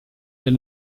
del